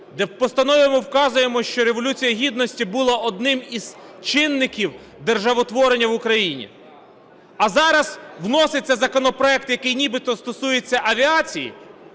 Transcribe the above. де в постанові ми вказуємо, що Революція Гідності була одним із чинників державотворення в Україні. А зараз вноситься законопроект, який нібито стосується авіації,